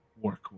Work